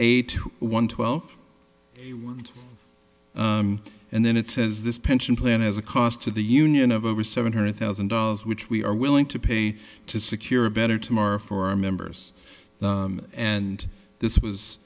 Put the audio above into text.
eight to one twelve and then it says this pension plan has a cost to the union of over seven hundred thousand dollars which we are willing to pay to secure a better tomorrow for our members and this was